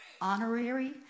honorary